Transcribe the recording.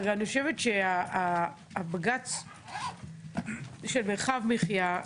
אני חושבת שבג"ץ של מרחב מחיה,